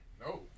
No